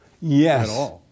Yes